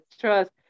trust